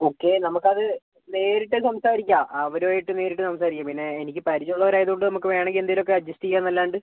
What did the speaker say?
okay നമുക്ക് അത് നേരിട്ട് സംസാരിക്കാം അവരും ആയിട്ട് നേരിട്ട് സംസാരിക്കാം പിന്നെ എനിക്ക് പരിചയം ഉള്ളവർ ആയതുകൊണ്ട് നമുക്ക് വേണമെങ്കിൽ എന്തെങ്കിലും ഒക്കെ അഡ്ജസ്റ്റ് ചെയ്യാമെന്ന് അല്ലാണ്ട്